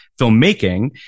filmmaking